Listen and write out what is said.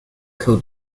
code